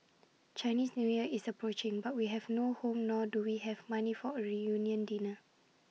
Chinese New Year is approaching but we have no home nor do we have money for A reunion dinner